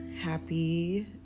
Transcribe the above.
happy